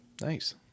Nice